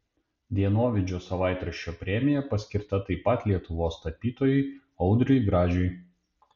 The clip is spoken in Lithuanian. dienovidžio savaitraščio premija paskirta taip pat lietuvos tapytojui audriui gražiui